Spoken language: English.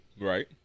Right